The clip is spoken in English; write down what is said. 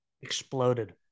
Exploded